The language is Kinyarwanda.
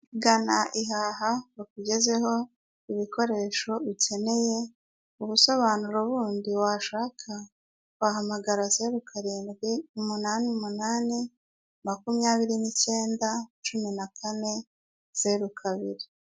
Gana ihaha bakugezeho ibikoresho ukeneye ubusobanuro bundi washaka, wahamagara zeru karindwi umunani umunani makumyabiri n'ikenda cumi na kane zeru kabiri.